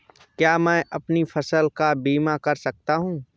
क्या मैं अपनी फसल का बीमा कर सकता हूँ?